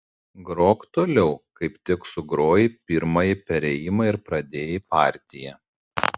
grok toliau kaip tik sugrojai pirmąjį perėjimą ir pradėjai partiją